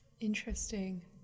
Interesting